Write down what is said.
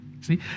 See